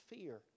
fear